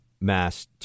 mass